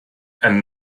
and